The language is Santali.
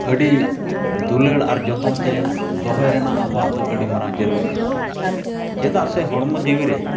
ᱟᱹᱰᱤ ᱫᱩᱞᱟᱹᱲ ᱟᱨ ᱡᱚᱛᱚᱱᱼᱛᱮ ᱫᱚᱦᱚᱭ ᱨᱮᱱᱟᱜ ᱟᱵᱚᱣᱟᱜ ᱫᱚ ᱟᱹᱰᱤ ᱢᱟᱨᱟᱝ ᱡᱟᱹᱨᱩᱲ ᱠᱟᱱᱟ ᱪᱮᱫᱟᱜ ᱥᱮ ᱦᱚᱲᱢᱚ ᱡᱤᱣᱤ ᱨᱮ